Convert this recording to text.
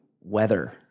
weather